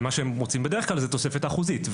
ומה שהם רוצים בדרך כלל הוא תוספת אחוזית.